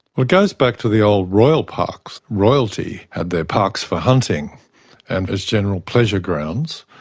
well, it goes back to the old royal parks. royalty had their parks for hunting and as general pleasure grounds.